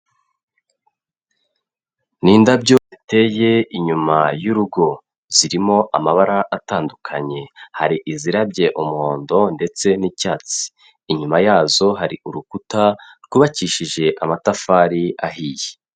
Ni indabyo ziteye inyuma y'urugo, zirimo amabara atandukanye, hari izirabye umuhondo ndetse n'icyatsi, inyuma yazo hari urukuta rwubakishije amatafari ahiye.